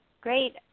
Great